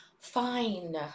Fine